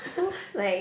so like